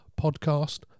podcast